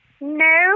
No